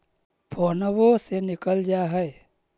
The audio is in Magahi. फोनवो से निकल जा है?